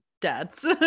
dads